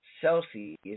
Celsius